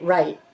Right